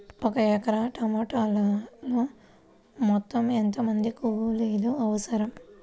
ఒక ఎకరా టమాటలో మొత్తం ఎంత మంది కూలీలు అవసరం?